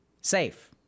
Safe